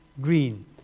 green